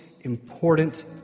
important